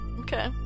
okay